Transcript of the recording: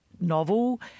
novel